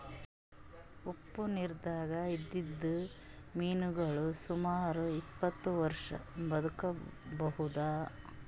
ಉಪ್ಪ್ ನಿರ್ದಾಗ್ ಇದ್ದಿದ್ದ್ ಮೀನಾಗೋಳ್ ಸುಮಾರ್ ಇಪ್ಪತ್ತ್ ವರ್ಷಾ ಬದ್ಕಬಹುದ್